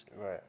right